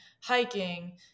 hiking